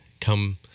come